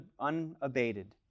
unabated